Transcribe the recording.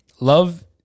love